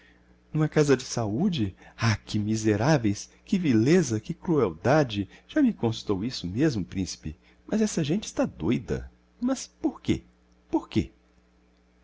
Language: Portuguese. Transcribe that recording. n'uma casa de saude ah que miseraveis que vileza que crueldade já me constou isso mesmo principe mas essa gente está doida mas por quê por quê